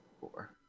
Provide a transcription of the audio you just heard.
four